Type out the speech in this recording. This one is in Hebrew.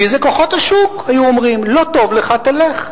כי זה כוחות השוק, היו אומרים: לא טוב לך, תלך.